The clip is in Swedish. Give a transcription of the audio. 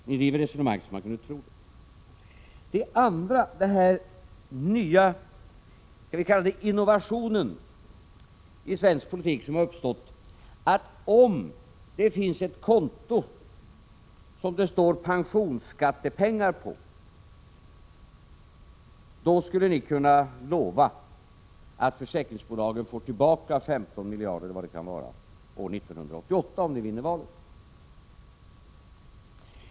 Ni för ett sådant resonemang att man kan tro det. För det andra vill jag ställa en fråga om den nya s.k. innovationen i svensk politik: Om det finns ett konto som det står pensionsskattepengar på, skulle ni kunna lova att försäkringsbolagen får tillbaka 15 miljarder, eller hur mycket det kan vara, år 1988, om ni vinner valet?